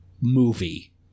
movie